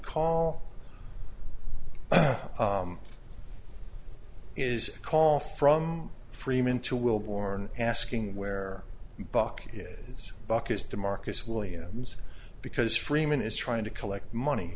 call is a call from freeman to will warn asking where bucket is buckets to marcus williams because freeman is trying to collect money